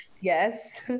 Yes